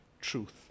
truth